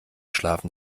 schlafen